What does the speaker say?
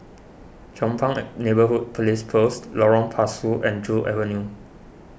Chong Pang Neighbourhood Police Post Lorong Pasu and Joo Avenue